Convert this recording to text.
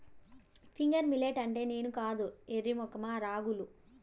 finger millet అంటే నేను కాదు ఎర్రి మొఖమా రాగులు